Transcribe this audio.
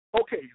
Okay